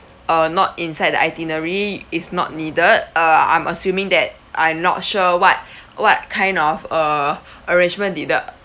uh not inside the itinerary is not needed uh I'm assuming that I'm not sure what what kind of err arrangement did the